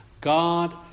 God